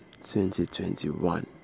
2021